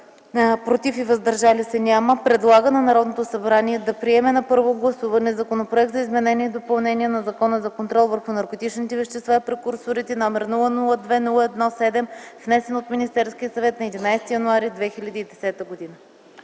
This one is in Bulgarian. “против” и “въздържали се” – няма, предлага на Народното събрание да приеме на първо гласуване Законопроект за изменение и допълнение на Закона за контрол върху наркотичните вещества и прекурсорите, № 002-01-7, внесен от Министерския съвет на 11.01.2010 г.”.